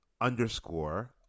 underscore